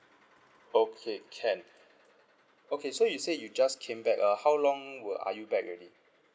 okay can okay so you said you just came back uh how long were are you back already